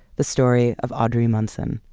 the story of audrey munson.